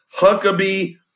Huckabee